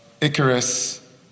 Icarus